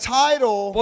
title